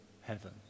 heaven